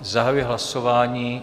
Zahajuji hlasování.